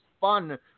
fun